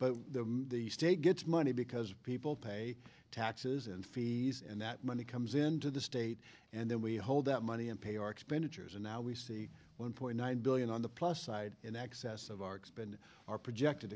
but the state gets money because people pay taxes and fees and that money comes into the state and then we hold that money and pay our expenditures and now we see one point nine billion on the plus side in excess of our expend our projected